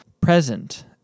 present